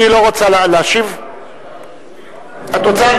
אדוני היושב-ראש, אדוני